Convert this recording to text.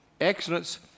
excellence